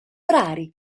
rari